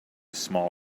small